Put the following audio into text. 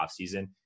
offseason